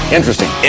Interesting